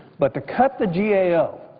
but to cut the g a o,